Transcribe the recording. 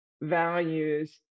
values